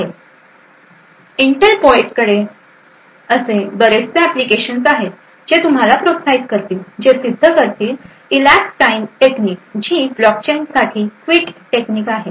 Intel पोएटकडे असे बरेचसे एप्लीकेशन आहेत जे तुम्हाला प्रोत्साहित करतील जे सिद्ध करतील ईलपस टाईम टेक्निक जी ब्लॉकचेन साठी क्विट टेक्निक आहे